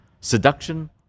seduction